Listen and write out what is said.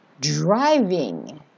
driving